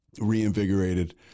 reinvigorated